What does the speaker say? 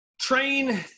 train